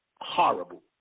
horrible